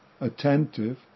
attentive